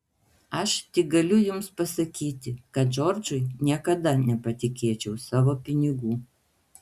aš tik galiu jums pasakyti kad džordžui niekada nepatikėčiau savo pinigų